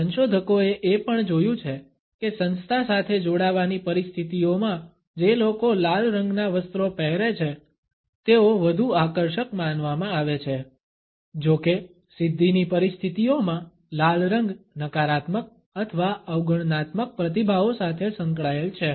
સંશોધકોએ એ પણ જોયું છે કે સંસ્થા સાથે જોડાવાની પરિસ્થિતિઓમાં જે લોકો લાલ રંગના વસ્ત્રો પહેરે છે તેઓ વધુ આકર્ષક માનવામાં આવે છે જો કે સિદ્ધિની પરિસ્થિતિઓમાં લાલ રંગ નકારાત્મક અથવા અવગણનાત્મક પ્રતિભાવો સાથે સંકળાયેલ છે